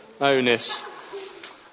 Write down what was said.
onus